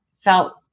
felt